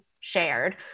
shared